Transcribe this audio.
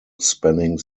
spanning